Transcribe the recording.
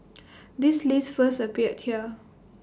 this list first appeared here